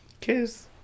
Kiss